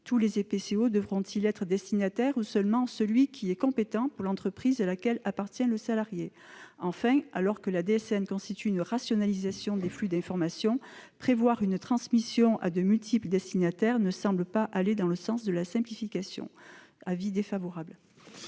Tous les OPCO ou seulement celui qui est compétent pour l'entreprise à laquelle appartient le salarié ? Enfin, alors que la DSN constitue une rationalisation des flux d'information, prévoir une transmission à de multiples destinataires ne semble pas aller dans le sens de la simplification. La